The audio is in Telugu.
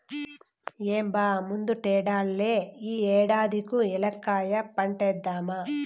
ఏం బా ముందటేడల్లే ఈ ఏడాది కూ ఏలక్కాయ పంటేద్దామా